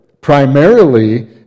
primarily